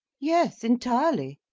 yes, entirely.